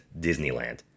Disneyland